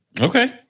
Okay